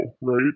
right